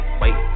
wait